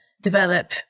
develop